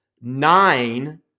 nine